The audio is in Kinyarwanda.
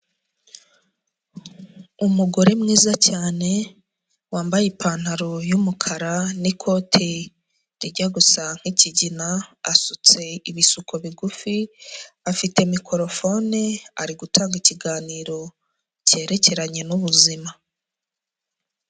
Umugore mwiza cyane wambaye ipantaro y'umukara n'ikote rijya gusa nk'ikigina, asutse ibisuko bigufi, afite mikorofoni ari gutanga ikiganiro cyerekeranye n'ubuzima.